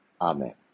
Amen